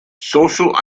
social